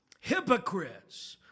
hypocrites